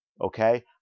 okay